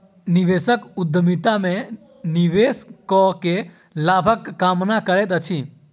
निवेशक उद्यमिता में निवेश कअ के लाभक कामना करैत अछि